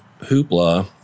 hoopla